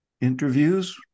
interviews